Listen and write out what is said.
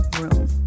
room